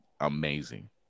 amazing